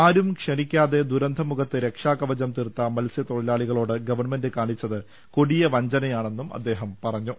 ആരും ക്ഷണിക്കാതെ ദുരന്തമുഖത്ത് രക്ഷാകവചം തീർത്ത മത്സ്യത്തൊഴിലാളികളോട് ഗവൺമെന്റ് കാണിച്ചത് കൊടിയവഞ്ചനയാണെന്നും അദ്ദേഹം പറഞ്ഞു